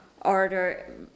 Order